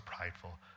prideful